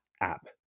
app